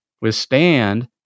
withstand